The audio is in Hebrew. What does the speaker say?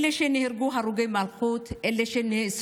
אלה שנהרגו הם הרוגי מלכות, אלה שנאסרו